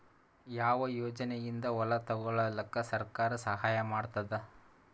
ಯಾವ ಯೋಜನೆಯಿಂದ ಹೊಲ ತೊಗೊಲುಕ ಸರ್ಕಾರ ಸಹಾಯ ಮಾಡತಾದ?